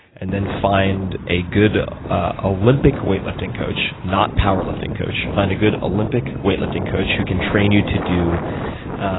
and then find a good ah olympic weightlifting coach, not power lifting coach. find a good olympic weightlifting coach who can train you to do